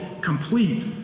complete